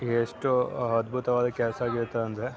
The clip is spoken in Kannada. ಎಷ್ಟು ಅದ್ಭುತವಾದ ಕೆಲಸ ಆಗಿರ್ತದೆಂದ್ರೆ